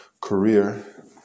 career